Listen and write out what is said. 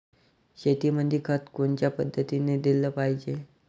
शेतीमंदी खत कोनच्या पद्धतीने देलं पाहिजे?